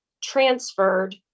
transferred